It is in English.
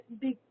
Big